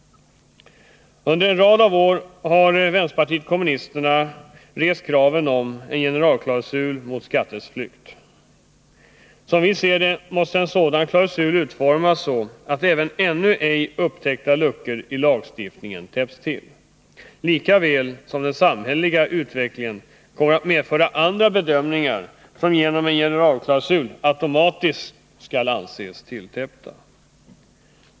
Under en rad av år har vänsterpartiet kommunisterna rest kraven på en generalklausul mot skatteflykt. Som vi ser det måste en sådan klausul utformas så att även ännu ej upptäckta luckor i lagstiftningen täpps till — den samhälleliga utvecklingen kommer att medföra andra bedömningar, och även dessa skall genom en generalklausul automatiskt anses tilltäppta.